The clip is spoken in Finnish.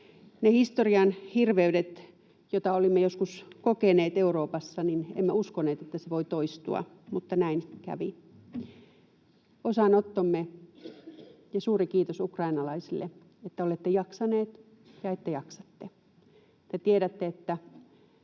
ne historian hirveydet, joita olimme joskus kokeneet Euroopassa, voivat toistua, mutta näin kävi. Osanottomme ja suuri kiitos ukrainalaisille, että olette jaksaneet ja että jaksatte ja tiedätte, että